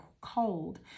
cold